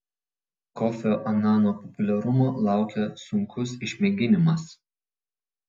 kofio anano populiarumo laukia sunkus išmėginimas